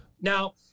Now